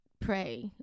pray